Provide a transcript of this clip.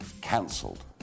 cancelled